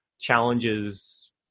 challenges